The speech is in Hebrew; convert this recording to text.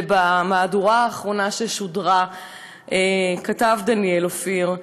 ובמהדורה האחרונה ששודרה כתב דניאל אופיר: